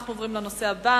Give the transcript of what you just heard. אנחנו עוברים לנושא הבא: